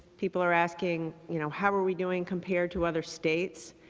people are asking, you know, how are we doing compared to other states.